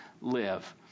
live